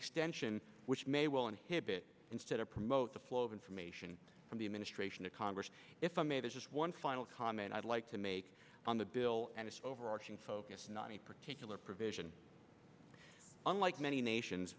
extension which may well inhibit instead of promote the flow of information from the administration to congress if i may there's just one final comment i'd like to make on the bill and it's overarching focus not a particular provision unlike many nations